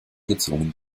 gezwungen